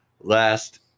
last